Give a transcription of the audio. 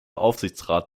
aufsichtsrat